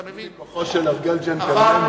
אני, מכוחו של הרגל, ג'נטלמן.